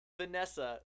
Vanessa